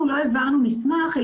אנחנו לא העברנו מסמך,